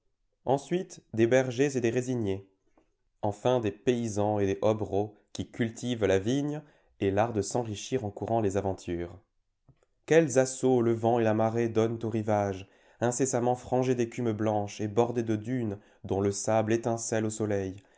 ensuite des bergers et des résiniers enfin des paysans et des hobereaux qui cultivent la vigne et l'art de s'enrichir en courant les aventures quels assauts le vent et la marée donnent au rivage incessamment frangé d'écume blanche et bordé de dunes dont le sable étincelle au soleil